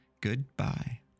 Goodbye